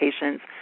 patients